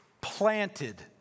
planted